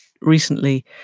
recently